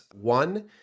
One